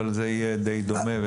אבל זה יהיה די דומה.